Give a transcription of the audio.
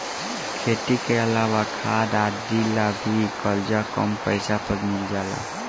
खेती के अलावा खाद आदि ला भी करजा कम पैसा पर मिल जाला